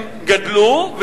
הם גדלו.